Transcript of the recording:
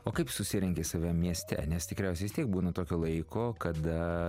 o kaip susirenki save mieste nes tikriausiai vis tiek būna tokio laiko kada